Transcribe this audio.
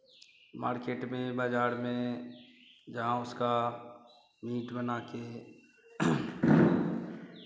market में बाज़ार में जहाँ उसका मीट बना के